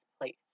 place